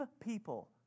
people